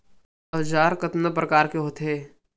औजार कतना प्रकार के होथे?